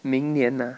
明年啊